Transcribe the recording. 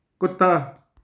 ਕੁੱਤਾ